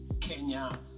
Kenya